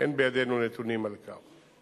אין בידינו נתונים על כך.